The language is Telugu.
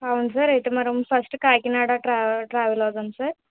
అవును సార్ అయితే మనం ఫస్ట్ కాకినాడ ట్రావెల్ ట్రావెల్ అవుదాం సార్